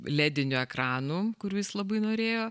ledinių ekranų kurių jis labai norėjo